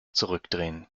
zurückdrehen